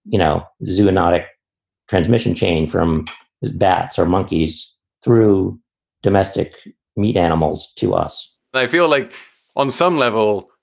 you know, zoonotic transmission chain from bats or monkeys through domestic meat animals to us i feel like on some level,